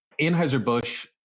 Anheuser-Busch